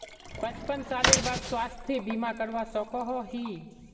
पचपन सालेर बाद स्वास्थ्य बीमा करवा सकोहो ही?